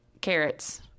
carrots